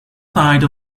side